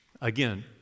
Again